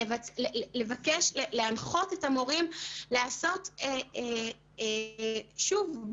ביקשנו להנחות את המורים לעשות ביקורות,